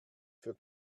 für